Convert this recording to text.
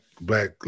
black